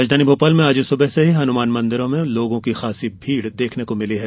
राजधानी भोपाल में आज सुबह से ही हनुमान मंदिरों में लोगों की खासी भीड़ दिखाई दे रही है